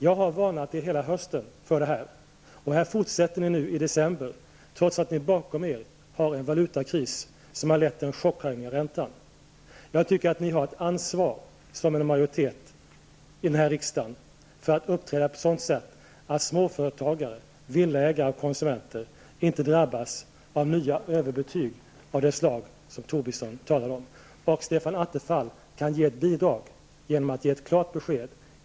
Jag har varnat er hela hösten för detta, men ni fortsätter fortfarande i december, trots att ni bakom er har en valutakris som har lett till en chockhöjning av räntan. Som utgörande en majoritet i denna kammare har ni ett ansvar för att uppträda på ett sådant sätt att småföretagare, villaägare och konsumenter inte drabbas av nya överbetyg av det slag som Lars Tobisson talade om. Stefan Attefall kan lämna ett bidrag genom att ge ett besked.